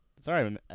sorry